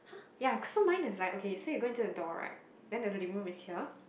ya cause so mine is like okay so you go into the door right then the living room is here